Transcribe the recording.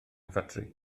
ffatri